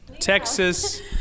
Texas